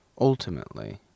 ultimately